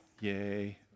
Yay